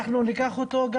בבקשה.